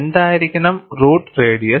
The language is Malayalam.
എന്തായിരിക്കണം റൂട്ട് റേഡിയസ്